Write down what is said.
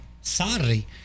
sorry